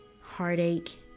heartache